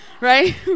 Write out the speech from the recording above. right